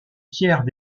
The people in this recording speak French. tiers